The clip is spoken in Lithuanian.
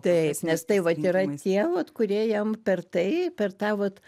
taip nes tai yra tie vat kurie jiem per tai per tą vat